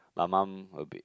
my mum a bit